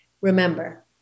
Remember